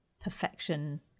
perfection